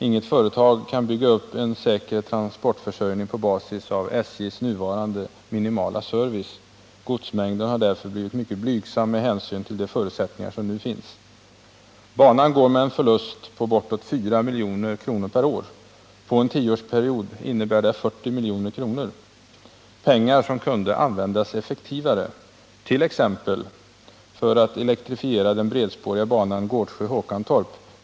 Inget företag kan bygga upp en fungerande trafikförsörjning på basis av SJ:s nuvarande minimala service. Godsmängden har därför blivit mycket blygsam, trots de förutsättningar för godstrafik som finns. Den här banan går med en förlust på bortåt 4 milj.kr. per år. På en 10 årsperiod innebär det 40 milj.kr., pengar som skulle kunna användas bättre, t.ex. för att elektrifiera den bredspåriga banan Gårdsjö-Håkantorp.